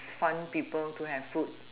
fun people to have food